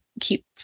keep